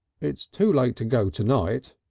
it's too late to go to-night,